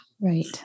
Right